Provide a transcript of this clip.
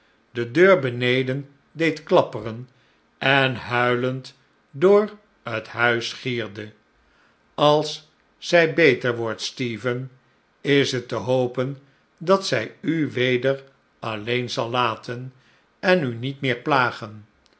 de deur beneden deed klapperen en huilend door het huis gierde slechte tijdek als zij beter wordt stephen is het te hopen dat zij u weder alleen zal laten en u niet meer plagen